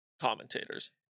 commentators